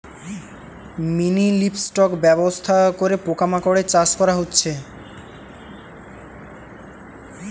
mini livestock ব্যবস্থা করে পোকা মাকড়ের চাষ করা হচ্ছে